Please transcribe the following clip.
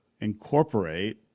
incorporate